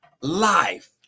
life